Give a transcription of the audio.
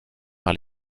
par